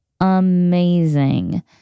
amazing